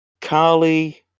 Carly